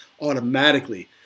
automatically